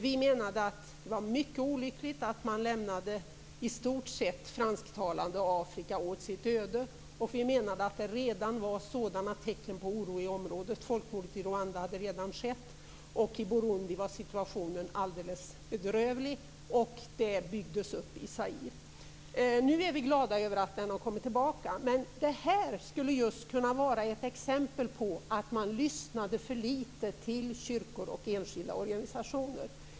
Vi menade att det var mycket olyckligt att man lämnade i stort sett hela fransktalande Afrika åt sitt öde. Vi menade att det redan då fanns tecken på oro i området - folkmordet i Rwanda hade redan skett. I Burundi var situationen alldeles bedrövlig, och oron trappades upp i Zaire. Nu är vi glada över att den har kommit tillbaka. Men detta är ett exempel på att man lyssnade för litet till kyrkor och enskilda organisationer.